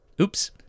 Oops